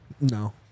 no